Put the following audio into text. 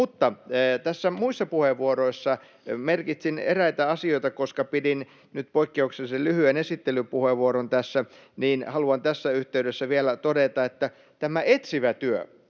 tulisi olla. Muista puheenvuoroista merkitsin eräitä asioita: Koska pidin nyt poikkeuksellisen lyhyen esittelypuheenvuoron, niin haluan tässä yhteydessä vielä todeta, että tämä etsivä työ